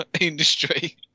industry